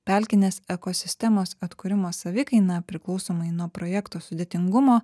pelkinės ekosistemos atkūrimo savikaina priklausomai nuo projekto sudėtingumo